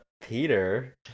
peter